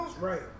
Right